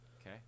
Okay